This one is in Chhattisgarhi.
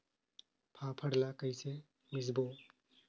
फाफण ला कइसे मिसबो?